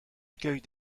accueille